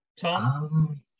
Tom